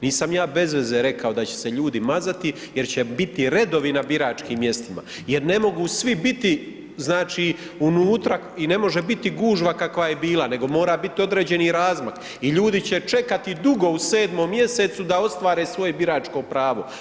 Nisam ja bez veze rekao da će se ljudi mazati jer će biti redovi na biračkim mjestima jer ne mogu svi biti znači unutra i ne može biti gužva kakva je bila nego mora biti određeni razmak i ljudi će čekati dugo u 7. mj. da ostvare svoje biračko pravo.